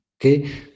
okay